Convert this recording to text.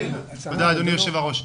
תודה, אדוני יושב הראש.